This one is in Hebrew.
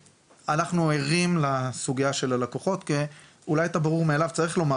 אנחנו ערים לסוגייה של הלקוחות כי אולי את הברור מאליו צריך לומר,